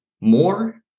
more